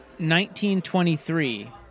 1923